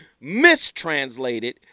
mistranslated